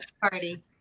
party